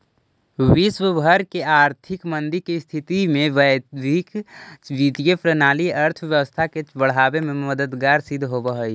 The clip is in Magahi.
विश्व भर के आर्थिक मंदी के स्थिति में वैश्विक वित्तीय प्रणाली अर्थव्यवस्था के बढ़ावे में मददगार सिद्ध होवऽ हई